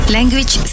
Language